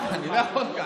אני נותן לך.